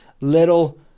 little